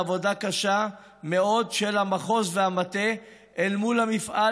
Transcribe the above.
בעבודה קשה מאוד של המחוז והמטה אל מול המפעל,